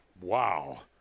Wow